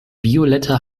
violette